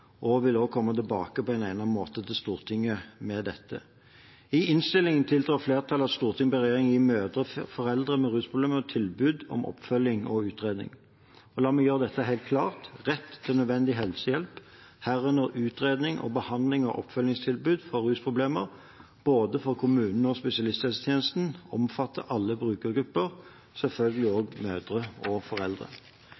rusreformen. Jeg vil også komme tilbake på egnet måte til Stortinget med dette. I innstillingen ber flertallet regjeringen gi mødre/foreldre med rusproblemer tilbud om oppfølging og utredning. La meg gjøre dette helt klart: Rett til nødvendig helsehjelp, herunder utredning, behandling og oppfølgingstilbud når det gjelder rusproblemer, både for kommunene og for spesialisthelsetjenesten, omfatter alle brukergrupper – selvfølgelig også mødre og